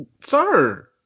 sir